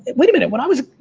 wait a minute, when i was,